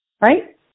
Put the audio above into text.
right